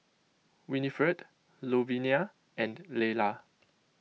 Winifred Louvenia and Lela